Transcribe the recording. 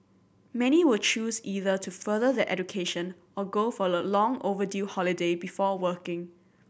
many will choose either to further their education or go for a long overdue holiday before working